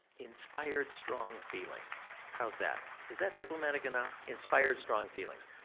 inspired strong feelings. how's that? is that diplomatic enough? inspired strong feelings.